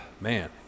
man